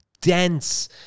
dense